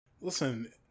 Listen